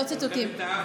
אותם ציטוטים.